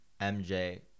MJ